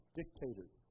dictators